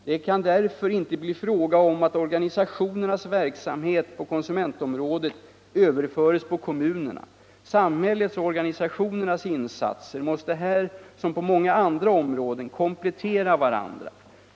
Det kan därför inte bli fråga om att organisationernas verksamhet på konsumentområdet överföres på kommunerna. Samhällets och organisationernas insatser måste här, som på så många andra områden, komplettera varandra.